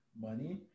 money